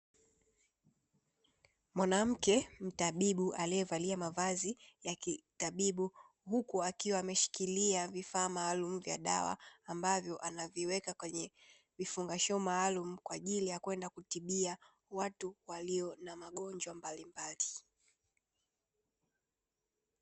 Mwanamke mtatibu aliyevalia mavazi ya kitatibu, huku akiwa ameshikilia vifaa maalumu vya dawa ambavyo anaviweka kwenye vifungashio maalumu, kwa ajili ya kwenda kutibia watu walio na magonjwa mbalimbali.